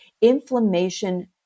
Inflammation